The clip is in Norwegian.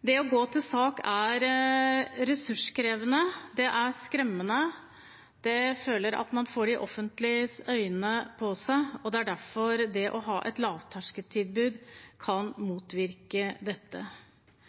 Det å gå til sak er ressurskrevende, det er skremmende, og man føler at man får offentlighetens øyne på seg. Det er derfor det å ha et lavterskeltilbud kan motvirke dette.